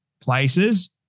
places